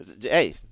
Hey